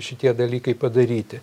šitie dalykai padaryti